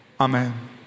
Amen